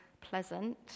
pleasant